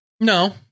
No